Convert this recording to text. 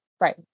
right